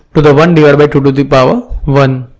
to the one divided by two to the power one.